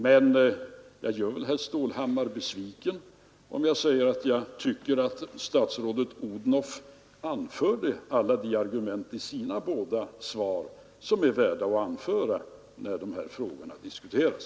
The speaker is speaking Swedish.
Men jag gör väl herr Stålhammar besviken om jag säger att jag tycker att statsrådet Odhnoff anförde alla de argument i sina båda svar som är värda att anföra när de här frågorna diskuteras.